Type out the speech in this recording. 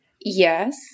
Yes